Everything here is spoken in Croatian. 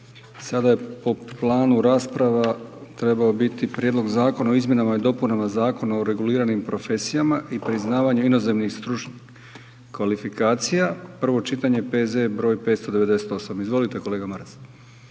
sada je po planu rasprava trebao je biti Prijedlog Zakona o izmjenama i dopunama Zakona o reguliranim profesijama i priznavanju inozemnih stručnih kvalifikacija, prvo čitanje, P.Z. broj 598. Izvolite kolega Maras.